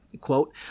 Quote